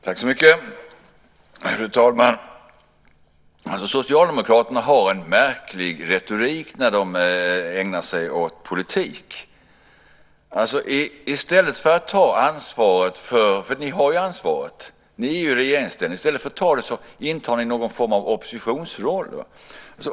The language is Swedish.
Fru talman! Socialdemokraterna har en märklig retorik när de ägnar sig åt politik. Ni har ju ansvaret; ni är i regeringsställning. Men i stället för att ta ansvaret intar ni någon form av oppositionsroll.